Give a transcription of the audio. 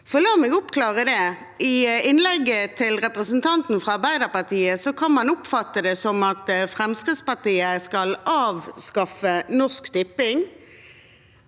La meg oppklare det. I innlegget til representanten fra Arbeiderpartiet kan man oppfatte det som om Fremskrittspartiet skal avskaffe Norsk Tipping